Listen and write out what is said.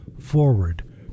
forward